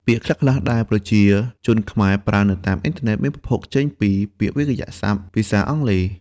ពាក្យខ្លះៗដែលប្រជាជនខ្មែរប្រើនៅតាមអ៊ីនធឺណិតមានប្រភពចេញពីវាក្យសព្ទភាសាអង់គ្លេស។